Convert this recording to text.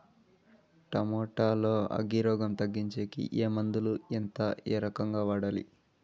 Tomato లో అగ్గి రోగం తగ్గించేకి ఏ మందులు? ఎంత? ఏ రకంగా వాడాలి?